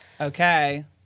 Okay